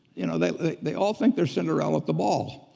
you know they they all think they're cinderella at the ball.